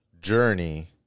journey